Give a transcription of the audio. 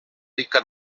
ricca